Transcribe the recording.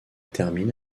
termine